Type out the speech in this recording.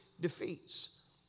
defeats